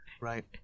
Right